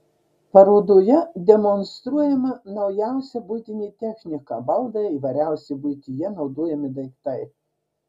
parodoje demonstruojama naujausia buitinė technika baldai įvairiausi buityje naudojami daiktai